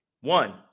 One